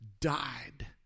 died